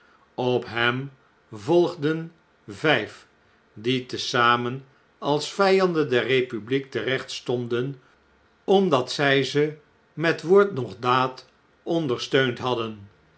op hem volgden vflf die te zamen als vijanden der republiek terecht stonden omdat zij ze met woord noch daad ondersteund hadden